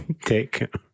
take